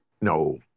No